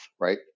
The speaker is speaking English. right